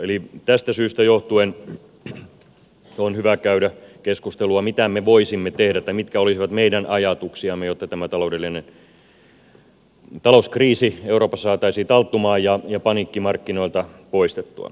eli tästä syystä johtuen on hyvä käydä keskustelua mitä me voisimme tehdä tai mitkä olisivat meidän ajatuksiamme jotta tämä talouskriisi euroopassa saataisiin talttumaan ja paniikki markkinoilta poistettua